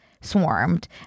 swarmed